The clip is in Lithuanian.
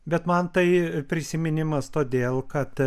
bet man tai prisiminimas todėl kad